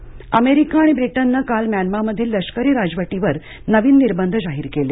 Myanmar निर्बंध America आणि ब्रिटननं काल म्यानमामधील लष्करी राजवटीवर नवीन निर्बंध जाहीर केले